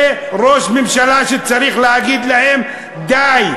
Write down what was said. זה ראש ממשלה שצריך להגיד להם: די,